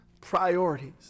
priorities